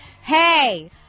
hey